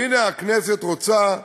והנה, הכנסת רוצה,